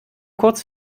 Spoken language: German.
kurz